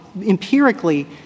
empirically